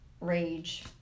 rage